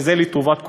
וזה לטובת כולם.